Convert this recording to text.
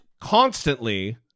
constantly